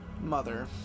Mother